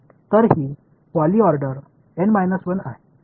तर ही poly order N 1 आहे ओके